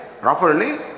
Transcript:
properly